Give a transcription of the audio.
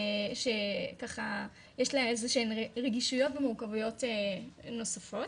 ששיש לה איזשהן רגישויות ומורכבויות נוספות.